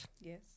Yes